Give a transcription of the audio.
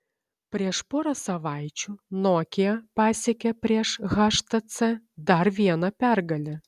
prieš porą savaičių nokia pasiekė prieš htc dar vieną pergalę